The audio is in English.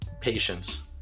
Patience